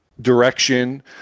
direction